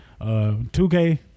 2K